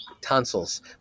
tonsils